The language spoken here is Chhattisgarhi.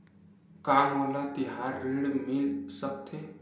का मोला तिहार ऋण मिल सकथे?